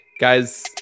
Guys